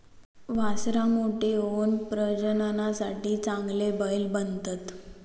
वासरां मोठी होऊन प्रजननासाठी चांगले बैल बनतत